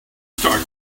start